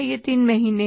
ये तीन महीने हैं